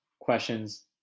questions